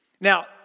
Now